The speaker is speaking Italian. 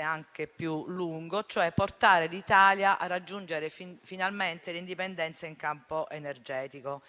anche se più lungo, portare l'Italia a raggiungere finalmente l'indipendenza in campo energetico.